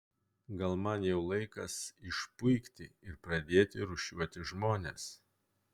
gal man jau laikas išpuikti ir pradėti rūšiuoti žmones